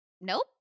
Nope